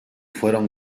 fueron